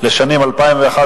הזאת.